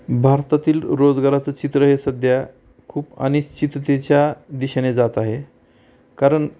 भारतातील रोजगाराचं चित्र हे सध्या खूप अनिश्चिततेच्या दिशेने जात आहे कारण